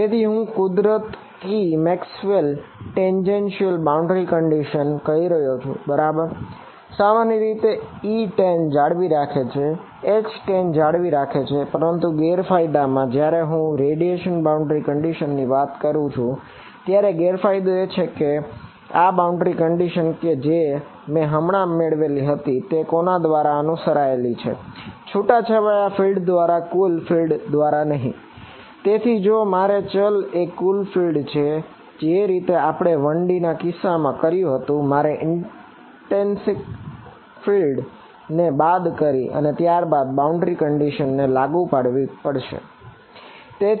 તેથી હું તેને કુદરતી મૅક્સવૅલ્સ ટેન્જેન્શીયલ બાઉન્ડ્રી કંડિશન ને લાગુ કરવી પડશે બરાબર